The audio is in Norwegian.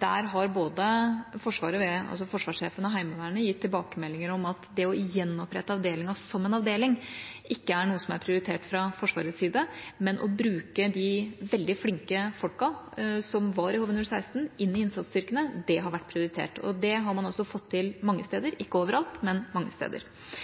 Der har Forsvaret, ved forsvarssjefen og Heimevernet, gitt tilbakemelding om at det å gjenopprette avdelingen som en avdeling, ikke er noe som er prioritert fra Forsvarets side, men å bruke de veldig flinke folka som var i HV-016, inn i innsatsstyrkene har vært prioritert. Det har man også fått til mange steder – ikke over alt, men mange steder.